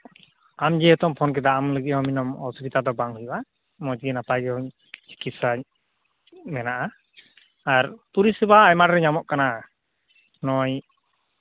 ᱟᱢ ᱡᱮᱦᱮᱛᱩᱢ ᱯᱷᱳᱱ ᱠᱮᱫᱟ ᱟᱢ ᱞᱟᱹᱜᱤᱫᱦᱚᱸ ᱚᱥᱩᱵᱤᱫᱷᱟ ᱫᱚ ᱵᱟᱝ ᱦᱩᱭᱩᱜᱼᱟ ᱢᱚᱡᱽᱜᱮ ᱱᱟᱯᱟᱭᱜᱮ ᱪᱤᱠᱤᱛᱥᱟ ᱢᱮᱱᱟᱜᱼᱟ ᱟᱨ ᱯᱚᱨᱤᱥᱮᱵᱟ ᱦᱚᱸ ᱟᱭᱢᱟ ᱰᱷᱮᱨ ᱧᱟᱢᱚᱜ ᱠᱟᱱᱟ ᱱᱚᱜᱼᱚᱭ